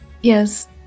Yes